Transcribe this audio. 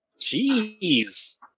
Jeez